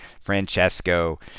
Francesco